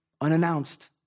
unannounced